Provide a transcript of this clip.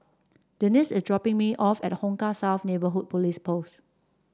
Denisse is dropping me off at Hong Kah South Neighbourhood Police Post